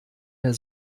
der